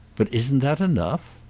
but isn't that enough?